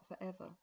forever